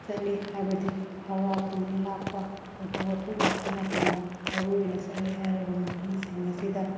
ꯆꯠꯂꯤ ꯍꯥꯏꯕꯗꯤ ꯍꯔꯥꯎ ꯀꯨꯝꯅꯩ ꯂꯥꯛꯄ ꯊꯧꯗꯣꯛ ꯋꯥꯊꯣꯛ ꯂꯥꯛꯄ ꯃꯇꯝꯗ ꯃꯔꯨꯑꯣꯏꯅ ꯆꯠꯂꯤ ꯍꯥꯏꯔꯤꯕ ꯃꯐꯝꯁꯤꯡ ꯑꯁꯤꯗ